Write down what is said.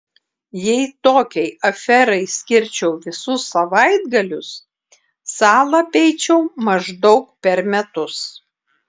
jei tokiai aferai skirčiau visus savaitgalius salą apeičiau maždaug per metus